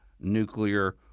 nuclear